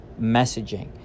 messaging